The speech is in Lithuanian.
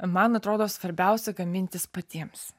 man atrodo svarbiausia gamintis patiems